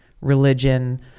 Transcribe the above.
religion